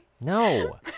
No